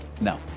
no